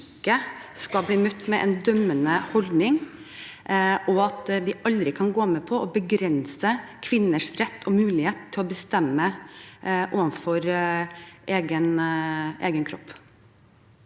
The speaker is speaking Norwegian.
skal bli møtt med en dømmende holdning, og at vi aldri kan gå med på å begrense kvinners rett og mulighet til å bestemme over egen kropp.